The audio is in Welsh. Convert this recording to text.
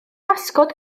wasgod